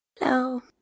Hello